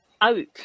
out